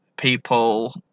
people